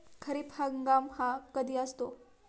खरीप हंगाम हा कधी असतो?